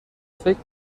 فکر